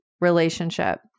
relationship